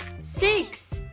six